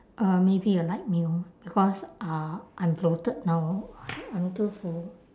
uh maybe a light meal because uh I'm bloated now I'm too full